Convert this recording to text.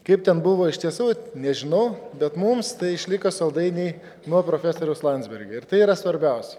kaip ten buvo iš tiesų nežinau bet mums tai išliko saldainiai nuo profesoriaus landsbergio ir tai yra svarbiausi